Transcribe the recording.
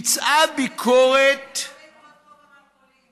ביצעה ביקורת, זה לא בעיה של חוק המרכולים.